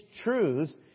truth